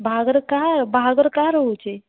ବାହାଘର ବାହାଘର କାହାର ହେଉଛି